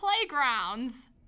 playgrounds